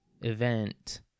event